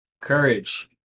Courage